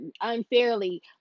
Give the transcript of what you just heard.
unfairly